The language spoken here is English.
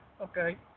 Okay